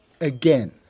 again